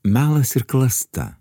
melas ir klasta